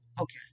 okay